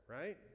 right